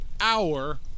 hour